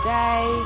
day